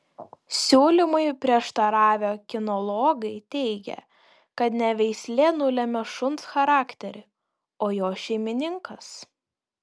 siūlymui prieštaravę kinologai teigia kad ne veislė nulemia šuns charakterį o jo šeimininkas